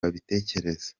babitekereza